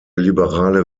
liberale